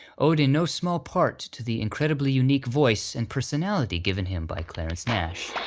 owed in no small part to the incredibly unique voice and personality given him by clarence nash.